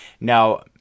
Now